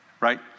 right